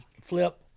Flip